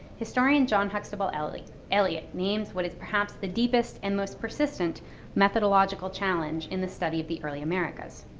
historian john huxtable elliott elliott names what is perhaps the deepest and most persistent methodologically challenge in the study of the early americas,